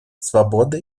свободы